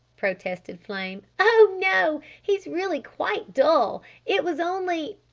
protested flame. oh, no! he's really quite dull. it was only,